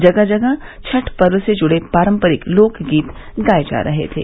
जगह जगह छठ पर्व से जुड़े पारम्परित लोक गीत गाए जा रहे थे